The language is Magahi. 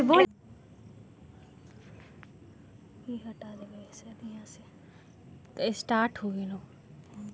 तेजपत्ता के पेड़ लगभग बारह मीटर तक ऊंचा होबा हई